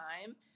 time